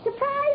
Surprise